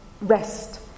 rest